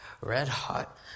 red-hot